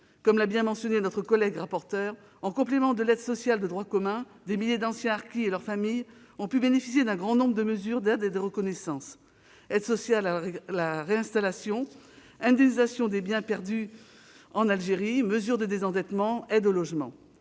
Comme l'a rappelé notre collègue rapporteure, en complément de l'aide sociale de droit commun, des milliers d'anciens harkis et leurs familles ont pu bénéficier d'un grand nombre de mesures d'aide et de reconnaissance : aides sociales à la réinstallation, indemnisation des biens perdus en Algérie, mesures de désendettement, aides au logement,